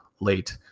late